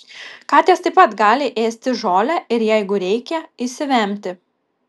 katės taip pat gali ėsti žolę ir jeigu reikia išsivemti